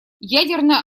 ядерное